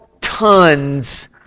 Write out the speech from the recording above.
tons